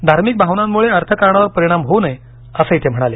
धार्मिक भावनांमुळे अर्थकारणावर परिणाम होऊ नये असंही ते म्हणाले